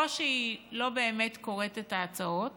או שהיא לא באמת קוראת את ההצעות